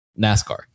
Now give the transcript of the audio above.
NASCAR